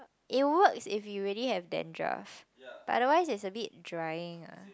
it works if you really had dandruff otherwise it's a bit drying ah